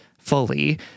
fully